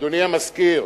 אדוני המזכיר,